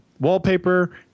wallpaper